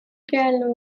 реальную